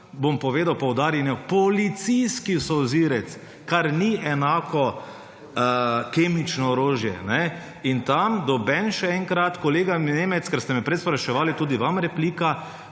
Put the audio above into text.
bom povedal, poudaril – policijski solzivec, kar ni enako kemično orožje. Tam nobeden, še enkrat kolega Nemec – ker ste me prej spraševali, tudi vam replika